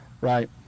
right